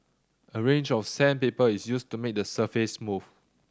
a range of sandpaper is used to made the surface smooth